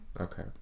Okay